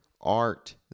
art